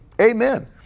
amen